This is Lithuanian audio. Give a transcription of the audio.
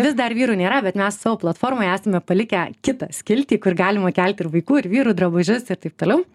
vis dar vyrų nėra bet mes savo platformoje esame palikę kitą skiltį kur galima kelti ir vaikų ir vyrų drabužius ir taip toliau